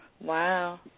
Wow